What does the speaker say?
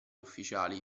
ufficiali